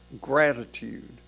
gratitude